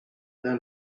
the